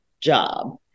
job